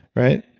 right?